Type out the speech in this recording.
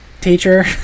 teacher